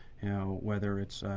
know, whether it's,